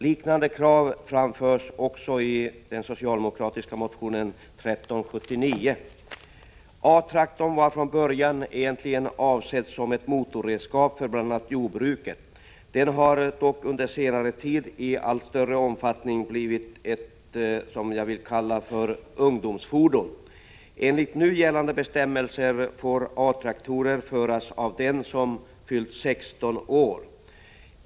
Liknande krav framförs i den socialdemokratiska motionen 1379. A-traktorn var från början egentligen avsedd som ett motorredskap för bl.a. jordbruket. Den har dock under senare tid i allt större omfattning blivit ett ”ungdomsfordon”. Enligt nu gällande bestämmelser får A-traktorer föras av den som har fyllt 16 år.